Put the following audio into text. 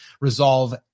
resolve